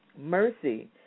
Mercy